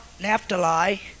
Naphtali